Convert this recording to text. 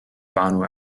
banu